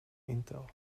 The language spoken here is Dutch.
intel